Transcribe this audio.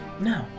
No